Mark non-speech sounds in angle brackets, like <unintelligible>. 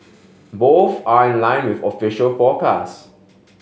both are in line with official <unintelligible>